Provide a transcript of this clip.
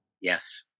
Yes